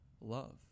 love